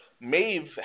Maeve